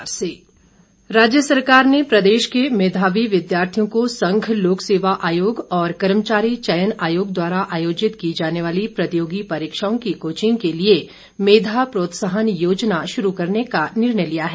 मंत्रिमण्डल राज्य सरकार ने प्रदेश के मेधावी विद्यार्थियों को संघ लोक सेवा आयोग और कर्मचारी चयन आयोग द्वारा आयोजित की जाने वाली प्रतियोगी परीक्षाओं की कोचिंग के लिए मेधा प्रोत्साहन योजना शुरू करने का निर्णय लिया है